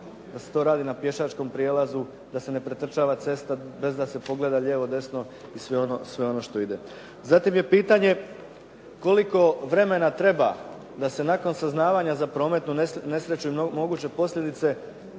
da se to radi na pješačkom prijelazu, da se ne pretrčava cesta bez da se pogleda lijevo, desno i sve ono što ide. Zatim je pitanje koliko vremena treba da se nakon saznavanja za prometnu nesreću i moguće posljedice,